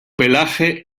pelaje